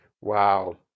Wow